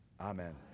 Amen